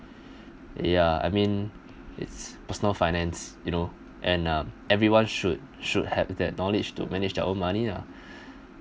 ya I mean it's personal finance you know and um everyone should should have that knowledge to manage their own money ah